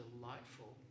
delightful